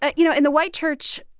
you know, in the white church,